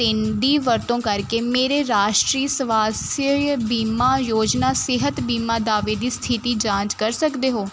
ਤਿੰਨ ਦੀ ਵਰਤੋਂ ਕਰਕੇ ਮੇਰੇ ਰਾਸ਼ਟਰੀ ਸਵਾਸਥਯ ਬੀਮਾ ਯੋਜਨਾ ਸਿਹਤ ਬੀਮਾ ਦਾਅਵੇ ਦੀ ਸਥਿਤੀ ਜਾਂਚ ਕਰ ਸਕਦੇ ਹੋ